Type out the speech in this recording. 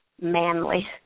manly